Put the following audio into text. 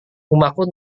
rumahku